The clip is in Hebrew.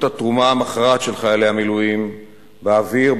התרומה המכרעת של חיילי המילואים באוויר,